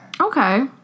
okay